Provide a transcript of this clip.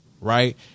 right